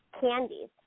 Candies